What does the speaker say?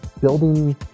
building